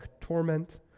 torment